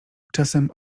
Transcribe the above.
czasem